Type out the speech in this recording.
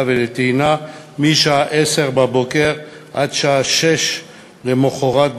וטעינה מהשעה 10:00 עד השעה 06:00 למחרת,